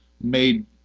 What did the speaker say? made